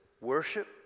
worship